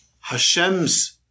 Hashem's